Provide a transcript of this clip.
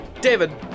David